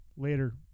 later